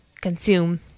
consume